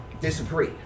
disagree